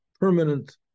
permanent